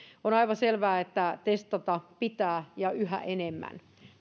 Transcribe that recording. on aivan selvää että testata pitää ja yhä enemmän